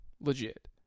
legit